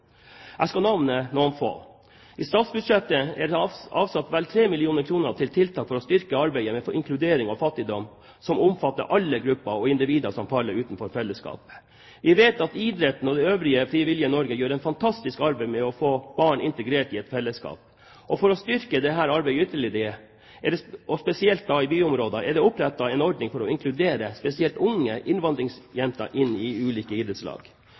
Jeg skal nevne noen få. I statsbudsjettet er det avsatt vel 3 mill. kr til tiltak for å styrke arbeidet med inkludering og fattigdom, som omfatter alle grupper og individer som faller utenfor fellesskapet. Vi vet at idretten og det øvrige Frivillighets-Norge gjør et fantastisk arbeid for å få barn integrert i et fellesskap. For å styrke dette arbeidet ytterligere, og da spesielt i byområdene, er det opprettet en ordning for å inkludere spesielt unge innvandringsjenter i ulike